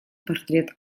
портрет